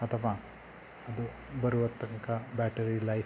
ಅಥವಾ ಅದು ಬರುವ ತನಕ ಬ್ಯಾಟರಿ ಲೈಫ್